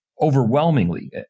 overwhelmingly